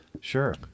sure